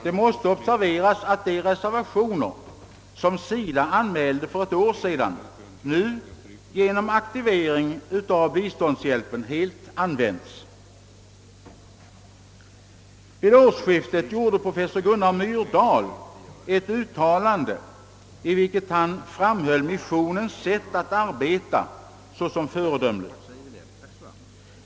Det måste observeras att de reservationer som SIDA anmälde för ett år sedan nu genom en aktivering av biståndshjälpen helt har använts. Vid årsskiftet gjorde professor Gunnar Myrdal ett uttalande, i vilket han framhöll missionens sätt att arbeta såsom föredömligt.